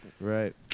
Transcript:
Right